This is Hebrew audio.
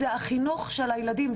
זה החינוך של הילדים שלהם,